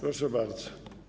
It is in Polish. Proszę bardzo.